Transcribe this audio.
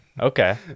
Okay